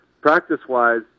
practice-wise